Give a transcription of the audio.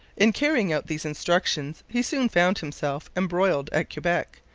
in carrying out these instructions he soon found himself embroiled at quebec,